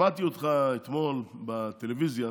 שמעתי אותך אתמול בטלוויזיה